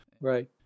Right